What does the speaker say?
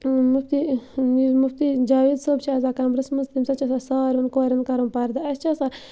مُفتی یہِ مُفتی جاوید صٲب چھِ آسان کَمرَس مَنٛز تمہِ ساتہٕ چھُ آسان سارون کورٮ۪ن کَرُن پَردٕ اَسہِ چھِ آسان